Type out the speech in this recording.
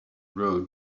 road